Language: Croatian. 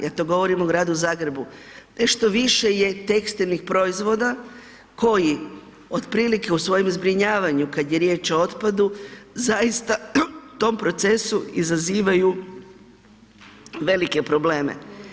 Ja to govorim o Gradu Zagrebu, nešto više tekstilnih proizvoda koji otprilike u svojem zbrinjavanju kad je riječ o otpadu zaista u tom procesu iza velike probleme.